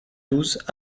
douze